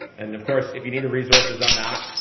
and of course, if you need the resources on that,